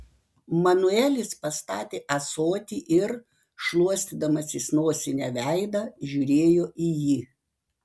manuelis pastatė ąsotį ir šluostydamasis nosine veidą žiūrėjo į jį